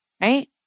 right